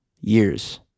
years